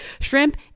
Shrimp